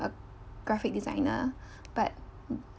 a graphic designer but